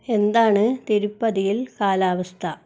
എന്താണ് തിരുപ്പതിയിൽ കാലാവസ്ഥ